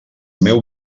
meu